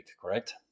correct